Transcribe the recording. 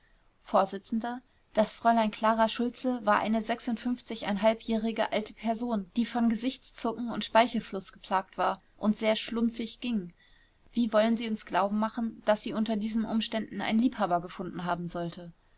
vors das fräulein klara schultze war eine halbjährige alte person die von gesichtszucken und speichelfluß geplagt war und sehr schlunzig ging wie wollen sie uns glauben machen daß sie unter diesen umständen einen liebhaber gefunden haben sollte